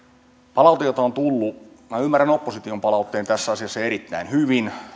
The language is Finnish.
palaute jota on tullut minä ymmärrän opposition palautteen tässä asiassa erittäin hyvin